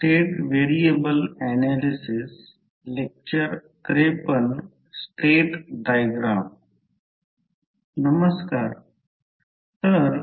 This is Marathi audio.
तर या प्रकरणात दोन कॉइलस् आहेत डॉट कन्व्हेन्शन दिले आहे त्यांच्या म्युचुअल इण्डक्टन्स M आहे आणि हे एक लोड इम्पेडन्स ZL आहे